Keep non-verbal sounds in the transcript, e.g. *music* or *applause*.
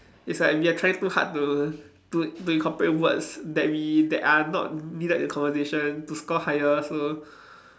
it's like we are trying to hard to to to incorporate words that we that are not needed in conversation to score higher so *breath*